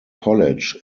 college